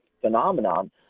phenomenon